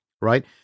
right